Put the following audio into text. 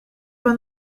van